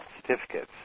certificates